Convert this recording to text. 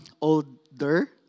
older